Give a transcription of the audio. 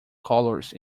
colours